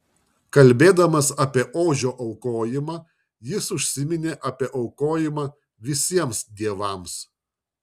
kalbėdamas apie ožio aukojimą jis užsiminė apie aukojimą visiems dievams